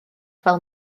fel